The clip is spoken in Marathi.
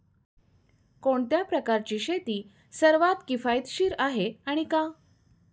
कोणत्या प्रकारची शेती सर्वात किफायतशीर आहे आणि का?